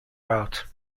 route